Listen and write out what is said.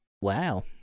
Wow